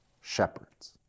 shepherds